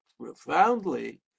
profoundly